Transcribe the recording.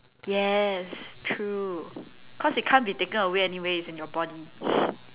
yes true cause it can't be taken anyway it's in your body